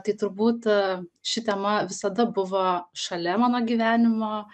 tai turbūt ši tema visada buvo šalia mano gyvenimo